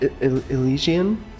Elysian